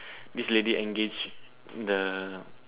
this lady engaged the